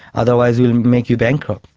otherwise we will make you bankrupt.